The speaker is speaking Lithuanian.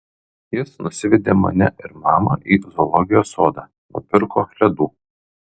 jis nusivedė mane ir mamą į zoologijos sodą nupirko ledų